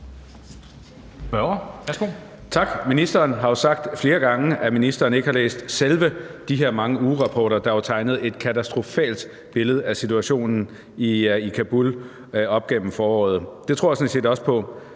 Tak. Ministeren har jo flere gange sagt, at ministeren ikke har læst selve de her mange ugerapporter, der jo tegnede et katastrofalt billede af situationen i Kabul op gennem foråret. Det tror jeg sådan set også på.